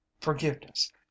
Forgiveness